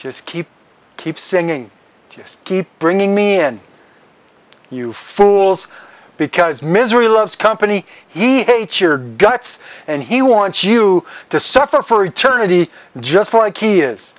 just keep keep singing just keep bringing me and you fools because misery loves company he hates your guts and he wants you to suffer for eternity just like he is